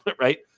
right